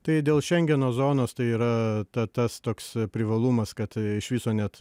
tai dėl šengeno zonos tai yra ta tas toks privalumas kad iš viso net